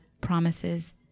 promises